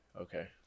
Okay